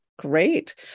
Great